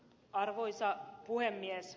arvoisa puhemies